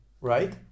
right